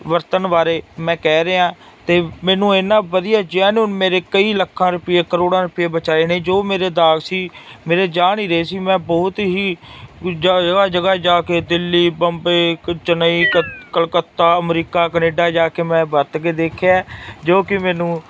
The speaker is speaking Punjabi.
ਵਰਤਣ ਬਾਰੇ ਮੈਂ ਕਹਿ ਰਿਹਾ ਅਤੇ ਮੈਨੂੰ ਇੰਨਾ ਵਧੀਆ ਜੈਨੂਨ ਮੇਰੇ ਕਈ ਲੱਖਾਂ ਰੁਪਈਏ ਕਰੋੜਾਂ ਰੁਪਈਏ ਬਚਾਏ ਨੇ ਜੋ ਮੇਰੇ ਦਾਗ ਸੀ ਮੇਰੇ ਜਾ ਨਹੀਂ ਰਹੇ ਸੀ ਮੈਂ ਬਹੁਤ ਹੀ ਦੂਜਾ ਜਗ੍ਹਾ ਜਗ੍ਹਾ ਜਾ ਕੇ ਦਿੱਲੀ ਬੰਬੇ ਕ ਚੇਨਈ ਕ ਕਲਕੱਤਾ ਅਮਰੀਕਾ ਕਨੇਡਾ ਜਾ ਕੇ ਮੈਂ ਵਰਤ ਕੇ ਦੇਖਿਆ ਜੋ ਕਿ ਮੈਨੂੰ